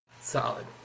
Solid